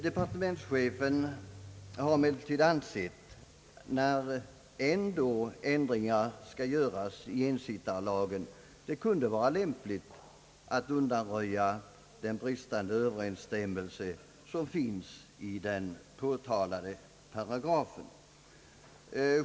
Departementschefen har emellertid ansett att när man ändå skall göra ändringar i ensittarlagen kunde det vara lämpligt att undanröja den bristande överensstämmelse som finns i den påtalade paragrafen.